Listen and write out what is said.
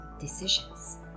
decisions